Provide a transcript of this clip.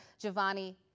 Giovanni